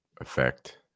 effect